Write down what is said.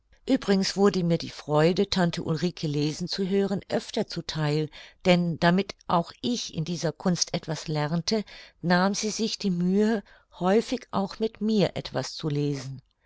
uebrigens wurde mir die freude tante ulrike lesen zu hören öfter zu theil denn damit auch ich in dieser kunst etwas lernte nahm sie sich die mühe häufig auch mit mir etwas zu lesen